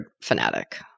fanatic